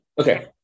Okay